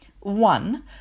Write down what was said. One